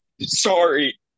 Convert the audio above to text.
sorry